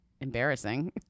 Embarrassing